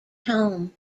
home